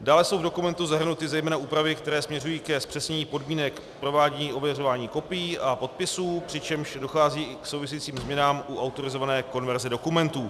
Dále jsou v dokumentu zahrnuty zejména úpravy, které směřují k zpřesnění podmínek provádění ověřování kopií a podpisů, přičemž dochází i k souvisejícím změnám u autorizované konverze dokumentů.